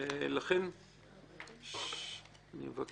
ולכן כל